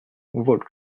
volx